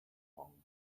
pong